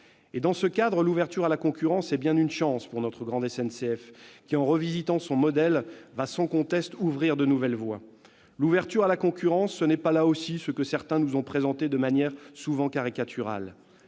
Dans ce cadre, l'ouverture à la concurrence est bien une chance pour notre grande SNCF, qui, en revisitant son modèle, va sans conteste ouvrir de nouvelles voies. L'ouverture à la concurrence, ce n'est pas ce que certains, là aussi, nous ont présenté de manière souvent caricaturale.